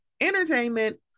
entertainment